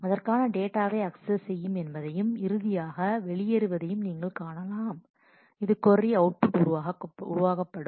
அதற்கான டேட்டாவை அக்சஸ் செய்யும் என்பதையும் இறுதியாக வெளியேறுவதையும் நீங்கள் காணலாம் அதில் கொர்ரி அவுட்புட் உருவாக்கப்படும்